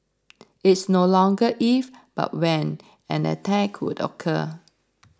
it's no longer if but when an attack would occur